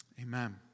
Amen